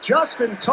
Justin